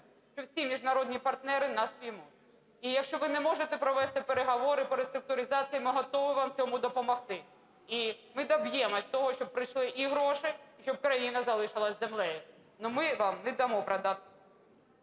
що всі міжнародні партнери нас зрозуміють. І якщо ви не можете провести переговори по реструктуризації, ми готові вам в цьому допомогти, і ми доб'ємося того, щоб прийшли і гроші, щоб країна залишилася із землею. Але ми вам не дамо продати…